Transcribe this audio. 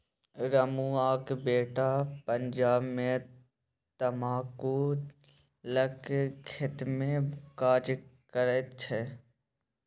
रमुआक बेटा पंजाब मे तमाकुलक खेतमे काज करैत छै